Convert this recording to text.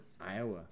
Iowa